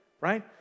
right